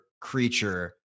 creature